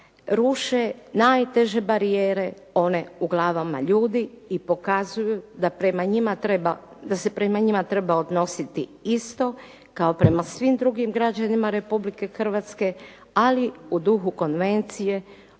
ruše najteže barijere, one u glavama ljudi i pokazuju da se prema njima treba odnositi isto kao i prema svim drugim građanima Republike Hrvatske, ali u duhu Konvencije